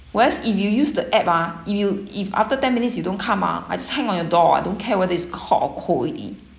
whereas if you use the app ah if you if after ten minutes you don't come ah I just hang on your door I don't care whether it's hot or cold already